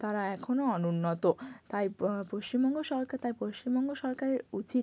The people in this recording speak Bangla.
তারা এখনও অনুন্নত তাই পশ্চিমবঙ্গ সরকার তার পশ্চিমবঙ্গ সরকারের উচিত